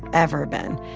ever been,